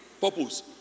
Purpose